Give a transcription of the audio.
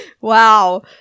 wow